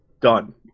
done